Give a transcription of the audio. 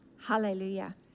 Hallelujah